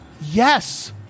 Yes